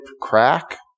crack